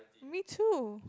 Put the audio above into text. me too